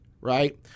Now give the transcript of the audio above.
right